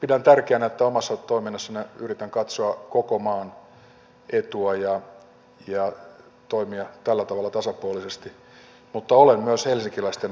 pidän tärkeänä että omassa toiminnassani yritän katsoa koko maan etua ja toimia tällä tavalla tasapuolisesti mutta olen myös helsinkiläisten äänestäjien asialla